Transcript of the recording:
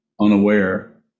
unaware